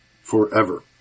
forever